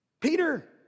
Peter